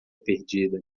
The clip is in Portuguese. perdida